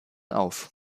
auf